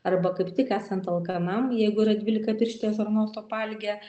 arba kaip tik esant alkanam jeigu yra dvylikapirštės žarnos opaligė